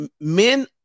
men